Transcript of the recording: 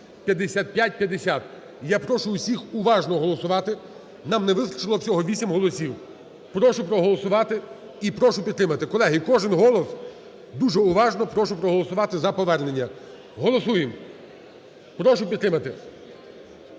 (5550). Я прошу усіх уважно голосувати, нам не вистачило всього 8 голосів. Прошу проголосувати і прошу підтримати. Колеги, кожен голос, дуже уважно прошу проголосувати за повернення. Голосуємо. Прошу підтримати.